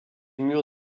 mur